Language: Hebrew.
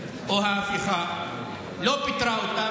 לפחות אני לא תומכת טרור.